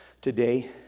today